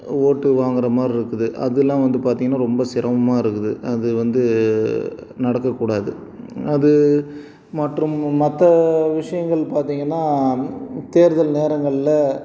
ஓட்டு வாங்குறமாதிரி இருக்குது அதெல்லாம் வந்து பார்த்தீங்கன்னா ரொம்ப சிரமமாக இருக்குது அது வந்து நடக்கக்கூடாது அது மற்றும் மற்ற விஷயங்கள் பார்த்தீங்கன்னா தேர்தல் நேரங்கள்ல